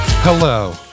Hello